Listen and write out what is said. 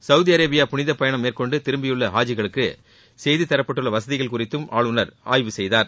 Saudi Arabia புனித பயணம் மேற்கொண்டு திரும்பியுள்ள ஹாஜிகளுக்கு செய்துதரப்பட்டுள்ள வசதிகள் குறித்தும் ஆளுனர் ஆய்வு செய்தார்